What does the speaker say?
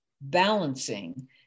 balancing